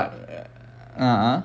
but ah uh